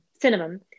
cinnamon